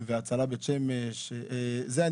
והצלה בית שמש - זה,